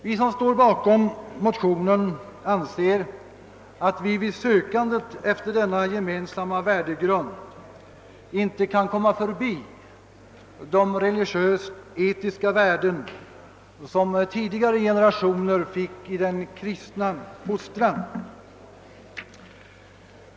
Vi som står bakom motionen anser, att vi vid sökandet efter denna gemensamma värdegrund inte kan komma förbi de religiöst etiska värden, som tidigare generationer fick i den kristna fostran.